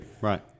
Right